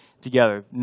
together